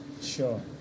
sure